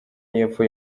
y’epfo